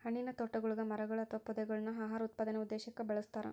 ಹಣ್ಣಿನತೋಟಗುಳಗ ಮರಗಳು ಅಥವಾ ಪೊದೆಗಳನ್ನು ಆಹಾರ ಉತ್ಪಾದನೆ ಉದ್ದೇಶಕ್ಕ ಬೆಳಸ್ತರ